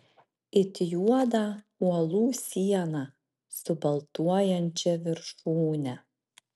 it juodą uolų sieną su baltuojančia viršūne